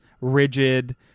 rigid